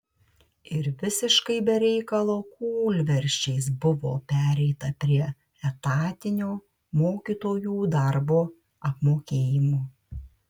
ir visiškai be reikalo kūlversčiais buvo pereita prie etatinio mokytojų darbo apmokėjimo